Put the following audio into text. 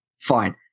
fine